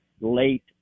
late